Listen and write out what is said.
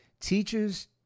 teachers